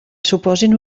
suposin